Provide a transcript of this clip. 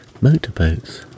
motorboats